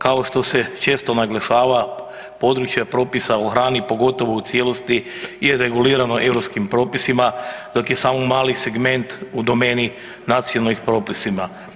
Kao što se često naglašava, područja propisa o hrani, pogotovo u cijelosti je regulirano europskim propisima, dok je samo mali segment u domeni nacionalnim propisima.